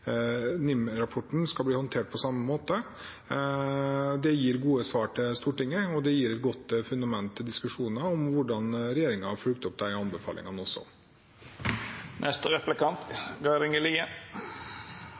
håndtert på samme måte. Det gir gode svar til Stortinget, og det gir også et godt fundament for diskusjoner om hvordan regjeringen har fulgt opp anbefalingene.